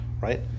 right